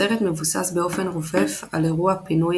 הסרט מבוסס באופן רופף על אירוע פינוי